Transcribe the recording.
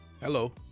Hello